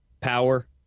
power